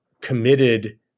committed